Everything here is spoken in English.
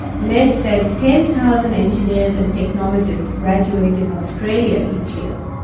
less than ten thousand engineers and technologists graduate in australia each year,